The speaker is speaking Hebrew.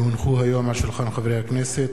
כי הונחו היום על שולחן הכנסת,